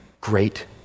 great